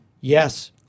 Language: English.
Yes